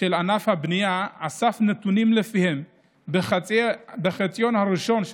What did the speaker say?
של ענף הבנייה אסף נתונים שלפיהם בחציון הראשון של